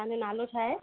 तव्हांजो नालो छा आहे